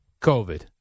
COVID